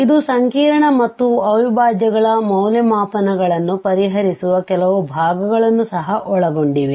ಇದು ಸಂಕೀರ್ಣ ಮತ್ತು ಅವಿಭಾಜ್ಯಗಳ ಮೌಲ್ಯಮಾಪನಗಳನ್ನು ಪರಿಹರಿಸುವ ಕೆಲವು ಭಾಗಗಳನ್ನು ಸಹ ಒಳಗೊಂಡಿದೆ